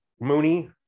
Mooney